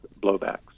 blowbacks